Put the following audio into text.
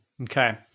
Okay